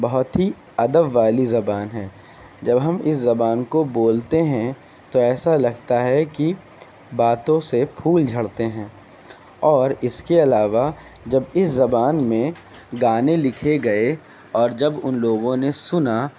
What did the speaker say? بہت ہی ادب والی زبان ہے جب ہم اس زبان کو بولتے ہیں تو ایسا لگتا ہے کہ باتوں سے پھول جھڑتے ہیں اور اس کے علاوہ جب اس زبان میں گانے لکھے گئے اور جب ان لوگوں نے سنا